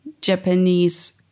Japanese